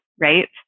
right